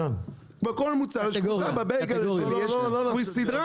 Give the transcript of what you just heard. בכל מוצר יש קבוצה בביגלה שלי יש סדרה,